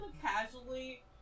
casually